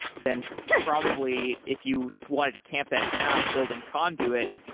then probably if you wanted to tamp that down building conduit,